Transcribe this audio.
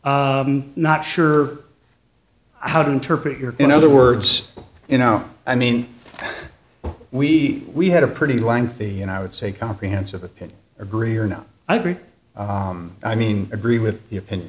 not sure how to interpret your you know the words you know i mean we we had a pretty lengthy and i would say comprehensive opinion agree or not i agree i mean agree with the opinion